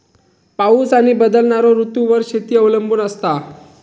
पाऊस आणि बदलणारो ऋतूंवर शेती अवलंबून असता